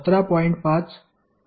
5 असेल